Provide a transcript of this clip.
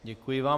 Děkuji vám.